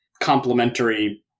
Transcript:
complementary